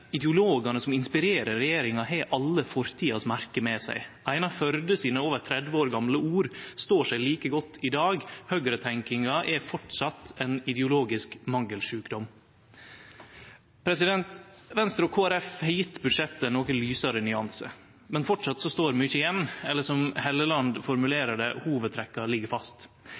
ideologane som inspirerer regjeringa, har alle fortidas merke med seg. Einar Førdes over 30 år gamle ord står seg like godt i dag: Høyretenkinga er framleis ein ideologisk mangelsjukdom. Venstre og Kristeleg Folkeparti har gjeve budsjettet nokre lysare nyansar, men framleis står mykje igjen. Eller som Helleland formulerer det: Hovudtrekka ligg fast.